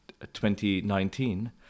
2019